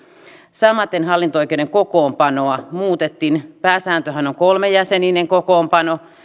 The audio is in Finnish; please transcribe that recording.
samaten hallinto oikeuden kokoonpanoa muutettiin pääsääntöhän on kolmejäseninen kokoonpano